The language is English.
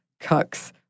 cucks